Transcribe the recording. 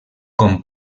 com